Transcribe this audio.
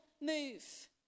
move